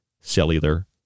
cellular